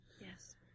yes